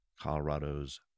Colorado's